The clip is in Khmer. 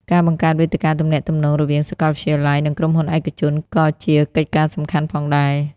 ការបង្កើតវេទិកាទំនាក់ទំនងរវាងសាកលវិទ្យាល័យ និងក្រុមហ៊ុនឯកជន ក៏ជាកិច្ចការសំខាន់ផងដែរ។